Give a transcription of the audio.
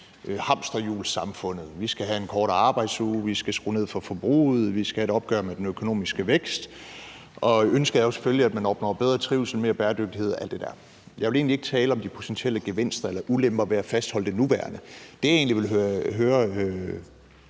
hamsterhjulsamfundet, at vi skal have en kortere arbejdsuge, at vi skal skrue ned for forbruget, og at vi skal have et opgør med den økonomiske vækst, og ønsket er jo selvfølgelig, at man opnår en bedre trivsel og mere bæredygtighed og alt det der. Men jeg vil egentlig ikke tale om de potentielle gevinster eller ulemper ved at fastholde det nuværende, men jeg vil høre